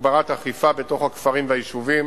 הגברת אכיפה בתוך הכפרים והיישובים,